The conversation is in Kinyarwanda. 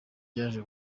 byaje